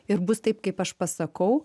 ir bus taip kaip aš pasakau